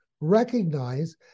recognize